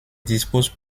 dispose